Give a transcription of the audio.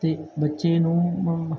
ਅਤੇ ਵਾਲੀ ਬੱਚੇ ਨੂੰ